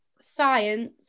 science